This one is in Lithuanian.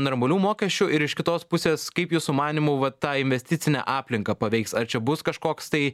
normalių mokesčių ir iš kitos pusės kaip jūsų manymu va tą investicinę aplinką paveiks ar čia bus kažkoks tai